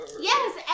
Yes